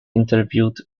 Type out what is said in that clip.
interviewed